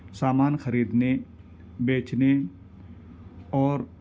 سامان خریدنے بیچنے اور